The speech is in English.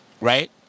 Right